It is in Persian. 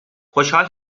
خوشحال